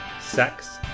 sex